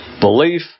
Belief